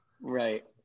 Right